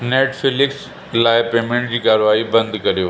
Netflix लाइ payment जी कारवाई बंदि कयो